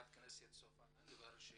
ליוזמת הדיון חברת הכנסת סופה לנדבר.